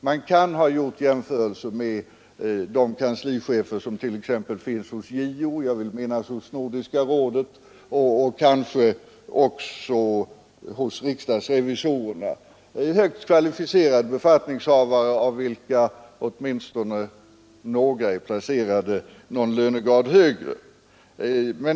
Man kan ha gjort jämförelser med motsvarande benämningar hos JO, Nordiska rådet och kanske också hos riksdagsrevisorerna — högt kvalificerade befattningshavare, av vilka åtminstone somliga är placerade någon lönegrad högre.